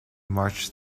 marched